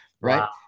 right